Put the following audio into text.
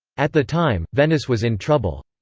at the time, venice was in trouble.